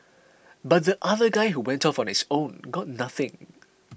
but the other guy who went off on his own got nothing